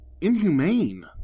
inhumane